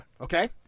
okay